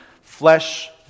flesh